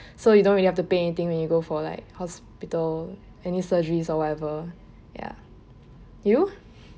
so you don't really have to pay anything when you go for like hospital any surgeries or whatever ya you